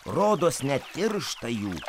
rodos net tiršta jų